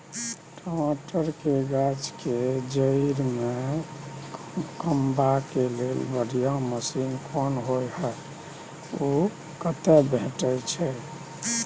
टमाटर के गाछ के जईर में कमबा के लेल बढ़िया मसीन कोन होय है उ कतय भेटय छै?